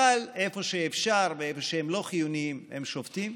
אבל איפה שאפשר ואיפה שהם לא חיוניים, הם שובתים,